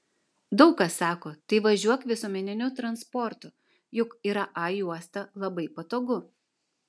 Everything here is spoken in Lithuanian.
daug kas sako tai važiuok visuomeniniu transportu juk yra a juosta labai patogu